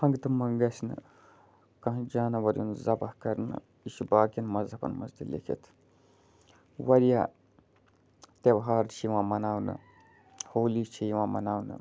ہنٛگہٕ تہٕ مَنٛگہٕ گَژھہِ نہٕ کانٛہہ جانوَر یُن ذَبح کَرنہٕ یہِ چھُ باقِیَن مذہبَن منٛز تہِ لیٚکھِتھ واریاہ تہوار چھِ یِوان مناونہٕ ہولی چھِ یِوان مناونہٕ